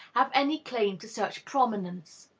have any claim to such prominence.